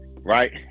right